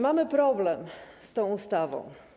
Mamy problem z tą ustawą.